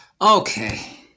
Okay